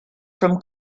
from